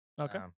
Okay